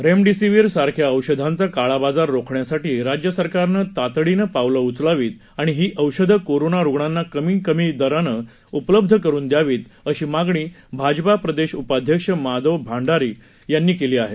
remdesivir सारख्या औषधांचा काळाबाजार रोखण्यासाठी राज्य सरकारनं तातडीनं पावलं उचलावीत आणि ही औषधं कोरोना रुग्णांना कमीत कमी दरानं उपलब्ध करून दयावीत अशी मागणी भाजपा प्रदेश उपाध्यक्ष माधव भांडारी यांनी केली आहे